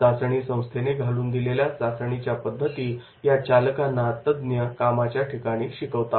चाचणी संस्थेने घालून दिलेल्या चाचणीच्या पद्धती या चालकांना तज्ञ कामाच्या ठिकाणी शिकवतात